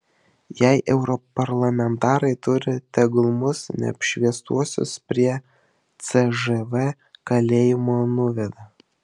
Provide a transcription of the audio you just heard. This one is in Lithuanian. jei europarlamentarai turi tegul mus neapšviestuosius prie cžv kalėjimo nuveda